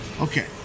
okay